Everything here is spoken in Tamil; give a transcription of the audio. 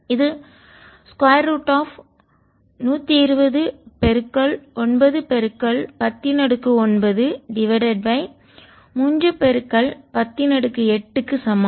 இது square root of 1209109 divided by 3108 க்கு சமம்